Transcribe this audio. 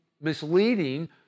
misleading